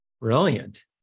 Brilliant